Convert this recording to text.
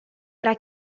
era